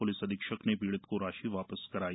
police अधीक्षक ने पीड़ित को राशि वापस कराई